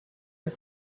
and